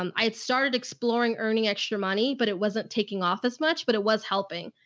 um i had started exploring earning extra money, but it wasn't taking off as much, but it was helping.